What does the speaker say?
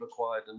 acquired